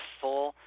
full